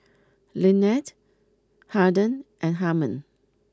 Lynnette Harden and Harmon